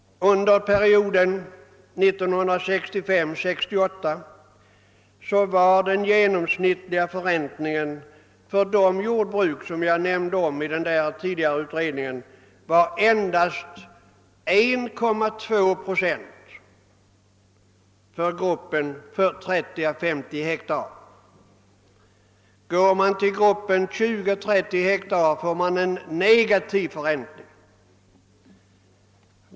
Under perioden 1965—1968 var den genomsnittliga förräntningen för de jordbruk som jag nämnde och som behandlats i den tidigare utredningen endast 1,2 procent för gruppen 30—50 hektar. Går man till gruppen 20—30 hektar finner man en negativ förräntning.